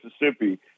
Mississippi